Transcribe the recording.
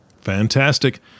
Fantastic